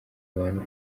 bantu